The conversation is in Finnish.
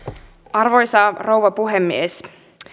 arvoisa rouva puhemies